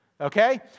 Okay